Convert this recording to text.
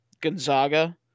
Gonzaga